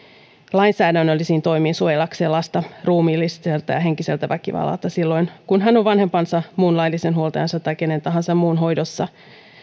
lainsäädännöllisiin toimiin jotta suojellaan lasta ruumiilliselta ja henkiseltä väkivallalta silloin kun hän on vanhempansa muun laillisen huoltajansa tai kenen tahansa muun hoidossa